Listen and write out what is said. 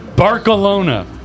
Barcelona